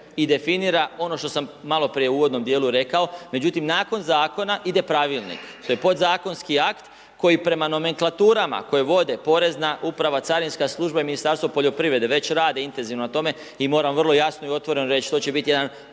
i definira ono što sam maloprije u uvodnom djelu rekao, međutim nakon zakona ide pravilnik, to je podzakonski akt koji prema nomenklaturama koje vode porezna uprava, carinska služba i Ministarstvo poljoprivrede već rade intenzivno na tome i moram vrlo jasno i otvoreno reći, to će biti